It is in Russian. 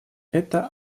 это